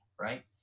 right